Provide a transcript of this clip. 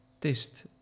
test